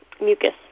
mucus